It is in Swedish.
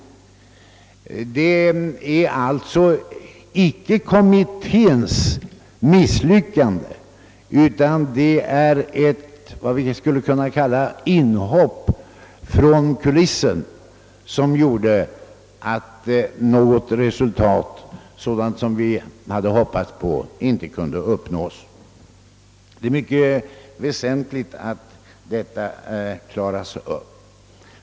Det var alltså inte kommitténs misslyckande utan så att säga ett inhopp från kulissen som gjorde att det resultat vi hade hoppats på inte kunde uppnås. Det är mycket väsentligt att den saken fastslås.